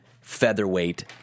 featherweight